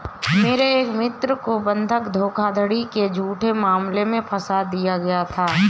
मेरे एक मित्र को बंधक धोखाधड़ी के झूठे मामले में फसा दिया गया था